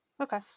Okay